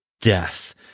death